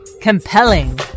Compelling